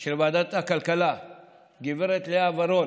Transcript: של ועדת הכלכלה הגב' לאה ורון.